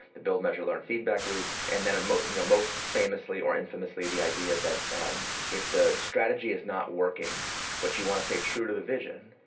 the build-measure-learn feedback loop, and then and most and you know most famously, or infamously, the idea that if the strategy is not working but you want to stay true to the vision,